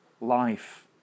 life